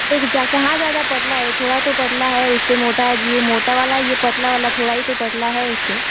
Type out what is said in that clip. कहाँ ज़्यादा पतला है थोड़ा तो पतला है उससे मोटा है जी है ये मोटा वाला है यह पतला वाला थोड़ा ही तो पतला है उससे